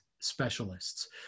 specialists